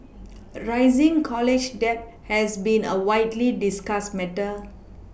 rising college debt has been a widely discussed matter